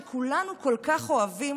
שכולנו כל כך אוהבים,